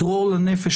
דרור לנפש,